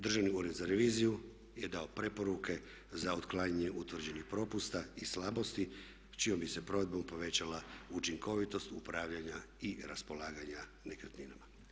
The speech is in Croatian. Državni ured za reviziju je dao preporuke za otklanjanje utvrđenih propusta i slabosti čijom bi se provedbom povećala učinkovitost upravljanja i raspolaganja nekretninama.